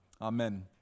Amen